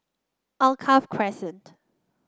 Alkaff Crescent